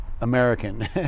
American